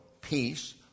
peace